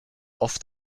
oft